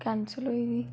cancel होई दी